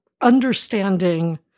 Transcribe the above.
understanding